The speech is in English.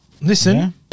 Listen